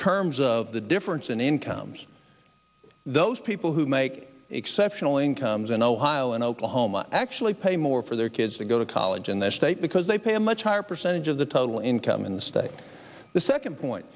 terms of the difference in incomes those people who make exceptional incomes in ohio and oklahoma actually pay more for their kids to go to college in their state because they pay a much higher percentage of the total income in the state the second point